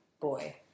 boy